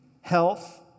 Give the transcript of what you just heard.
health